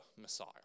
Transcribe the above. Messiah